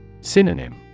Synonym